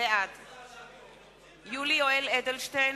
בעד יולי יואל אדלשטיין,